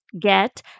get